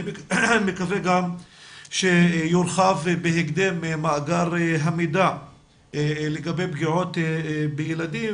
אני מקווה גם שיורחב בהקדם מאגר המידע לגבי פגיעות בילדים